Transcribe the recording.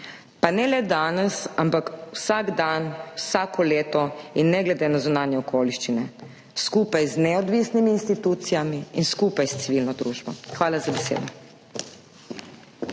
Pa ne le danes, ampak vsak dan, vsako leto in ne glede na zunanje okoliščine, skupaj z neodvisnimi institucijami in skupaj s civilno družbo. Hvala za besedo.